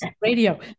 radio